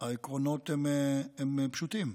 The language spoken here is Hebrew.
העקרונות הם פשוטים: